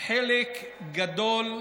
חלק גדול,